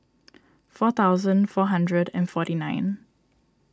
four thousand four hundred and forty nine